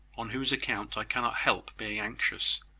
on whose account i cannot help being anxious.